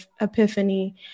epiphany